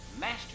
master